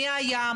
מי היה,